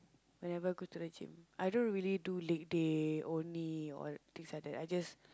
whenever I go to the gym I don't really do leg day only or things like that I just